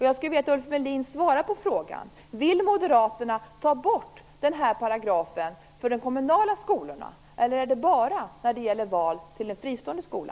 Jag skulle vilja att Ulf Melin svarar på frågan: Vill Moderaterna ta bort den här paragrafen för de kommunala skolorna, eller vill man bara göra det när det gäller val till en fristående skola?